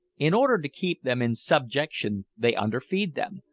in order to keep them in subjection they underfeed them,